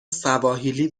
سواحیلی